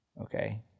Okay